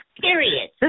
period